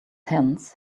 hands